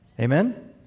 Amen